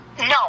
No